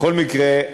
בכל מקרה,